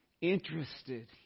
interested